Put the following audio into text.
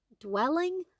dwelling